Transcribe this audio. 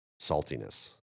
saltiness